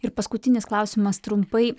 ir paskutinis klausimas trumpai